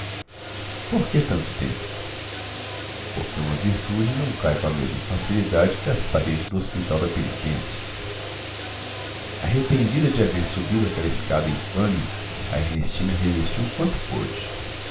que tanto tempo por que uma virtude não cai com a mesma facilidade que as paredes do hospital da penitência arrependida de haver subido aquela escada infame a ernestina resistiu quanto pôde